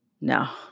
No